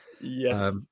Yes